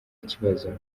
kibazo